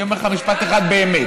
אני אומר לך משפט אחד באמת.